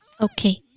Okay